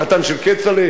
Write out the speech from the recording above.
החתן של כצל'ה,